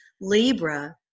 Libra